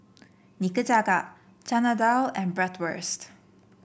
Nikujaga Chana Dal and Bratwurst